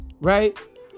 Right